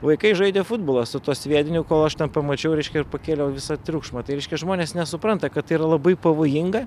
vaikai žaidė futbolą su tuo sviediniu kol aš ten pamačiau reiškia ir pakėliau visą triukšmą tai reiškia žmonės nesupranta kad tai yra labai pavojinga